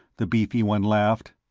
the beefy one laughed.